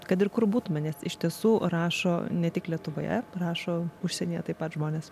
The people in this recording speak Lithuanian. kad ir kur būtume nes iš tiesų rašo ne tik lietuvoje prašo užsienyje taip pat žmonės